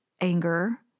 anger